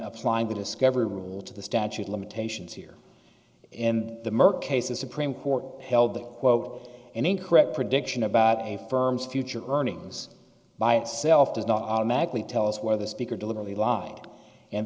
applying the discovery rule to the statute limitations here in the merck cases supreme court held that quote an incorrect prediction about a firm's future earnings by itself does not automatically tell us where the speaker deliberately lied and